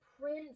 prince